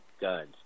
guns